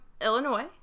Illinois